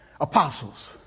apostles